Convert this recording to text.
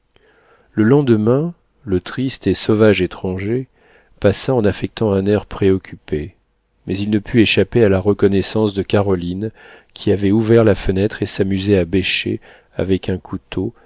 le lendemain le triste et sauvage étranger passa en affectant un air préoccupé mais il ne put échapper à la reconnaissance de caroline qui avait ouvert la fenêtre et s'amusait à bêcher avec un couteau